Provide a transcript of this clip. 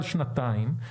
על שנתיים,